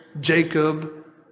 Jacob